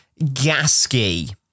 Gasky